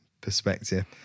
perspective